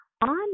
On